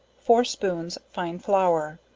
four spoons fine flour,